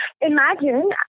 imagine